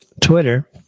Twitter